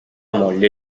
moglie